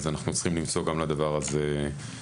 אז אנחנו צריכים למצוא גם לדבר הזה מענה.